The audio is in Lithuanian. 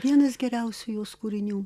vienas geriausių jos kūrinių